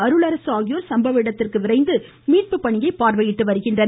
அருளரசு ஆகியோர் சம்பவ இடத்திற்கு விரைந்து மீட்பு பணியை ஆய்வு செய்து வருகின்றனர்